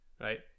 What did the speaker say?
right